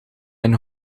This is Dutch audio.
mijn